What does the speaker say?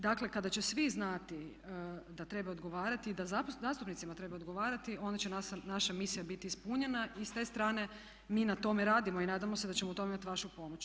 Dakle kada će svi znati da treba odgovarati i da zastupnicima treba odgovarati onda će naša misija biti ispunjena i s te strane mi na tome radimo i nadamo se da ćemo u tome imati vašu pomoć.